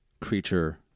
creature